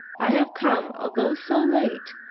i have come, although so late,